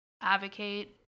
advocate